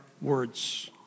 words